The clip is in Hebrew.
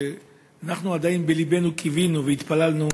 ואנחנו עדיין בלבנו קיווינו והתפללנו,